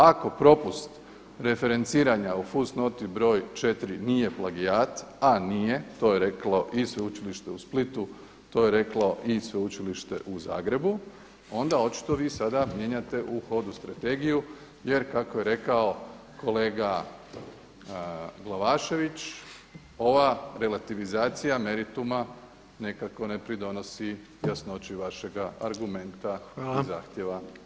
Ako propust referenciranja o fusnoti broj 4 nije plagijat, a nije, to je reklo i Sveučilište u Splitu, to je reklo i Sveučilište u Zagrebu onda očito vi sada mijenjate u hodu strategiju jer kako je rekao kolega Glavašević ova relativizacija merituma nekako ne pridonosi jasnoći vašega argumenta i zahtjeva.